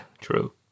true